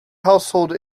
household